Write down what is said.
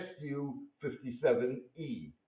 Su-57E